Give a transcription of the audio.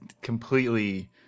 completely